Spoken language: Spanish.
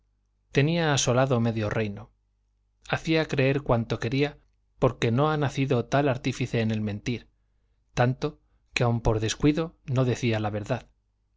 tenía asolado medio reino hacía creer cuanto quería porque no ha nacido tal artífice en el mentir tanto que aun por descuido no decía verdad